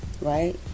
right